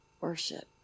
worship